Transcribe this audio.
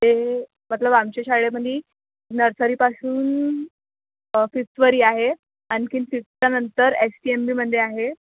ते मतलब आमच्या शाळेमधे नर्सरीपासून फिफ्तवरी आहे आणखी फिफ्तच्यानंतर एच टी एम बीमध्ये आहे